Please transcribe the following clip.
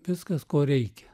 viskas ko reikia